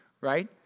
right